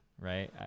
right